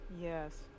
Yes